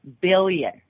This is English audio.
billion